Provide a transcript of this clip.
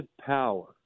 Power